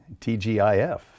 TGIF